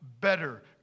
better